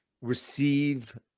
receive